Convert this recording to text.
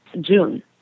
June